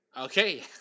Okay